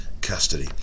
Custody